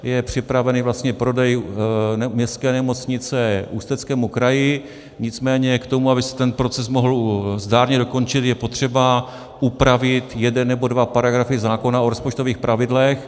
Je připravený prodej městské nemocnice Ústeckému kraji, nicméně k tomu, aby se ten proces mohl zdárně dokončit, je potřeba upravit jeden nebo dva paragrafy zákona o rozpočtových pravidlech.